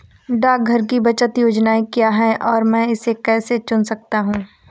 डाकघर की बचत योजनाएँ क्या हैं और मैं इसे कैसे चुन सकता हूँ?